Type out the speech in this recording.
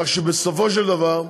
בסופו של דבר,